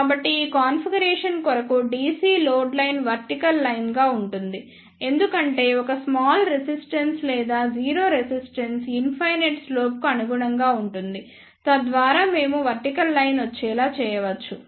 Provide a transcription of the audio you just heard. కాబట్టి ఈ కాన్ఫిగరేషన్ కొరకు DC load line vertical line గా ఉంటుంది ఎందుకంటే ఒక స్మాల్ రెసిస్టెన్స్ లేదా 0 రెసిస్టెన్స్ ఇన్ఫైనైట్ స్లోప్ కు అనుగుణంగా ఉంటుంది తద్వారా మేము వర్టికల్ లైన్ వచ్చేలా చేయవచ్చు